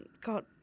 God